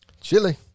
Chili